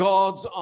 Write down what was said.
God's